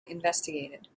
investigated